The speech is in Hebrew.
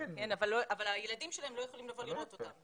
כן, אבל הילדים שלהם לא יכולים לבוא לראות אותם.